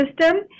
system